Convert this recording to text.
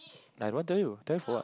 I don't want tell you tell you for what